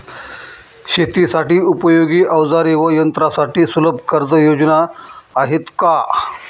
शेतीसाठी उपयोगी औजारे व यंत्रासाठी सुलभ कर्जयोजना आहेत का?